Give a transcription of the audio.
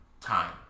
time